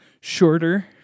shorter